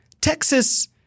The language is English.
Texas